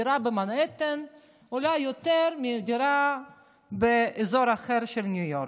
דירה במנהטן עולה יותר מדירה באזור אחר של ניו יורק,